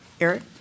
Eric